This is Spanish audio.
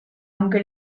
aunque